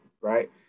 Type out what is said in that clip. right